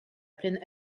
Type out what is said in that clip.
plaine